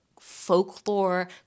folklore